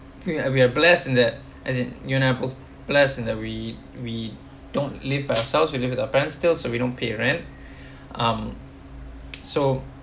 we are blessed in that as in you know you and I both blessed in that we we don't live by ourselves we live with our parents still so we don't pay a rent um so